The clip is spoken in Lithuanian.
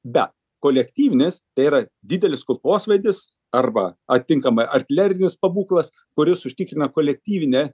bet kolektyvinis tai yra didelis kulkosvaidis arba atitinkamai artilerijos pabūklas kuris užtikrina kolektyvinę